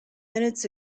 minutes